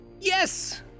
Yes